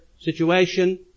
situation